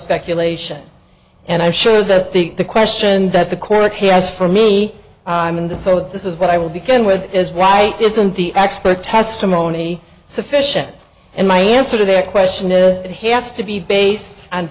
speculation and i'm sure that the the question that the court has for me i'm in the so this is what i will begin with is why isn't the expert testimony sufficient and my answer to that question is it has to be based on